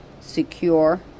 secure